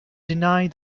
deny